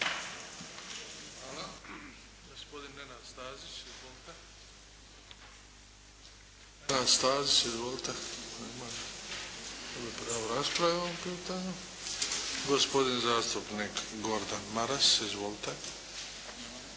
Hvala. Gospodin Nenad Stazić. Izvolite. Gubi pravo rasprave o ovom pitanju. Gospodin zastupnik Gordan Maras. Izvolite. Nema.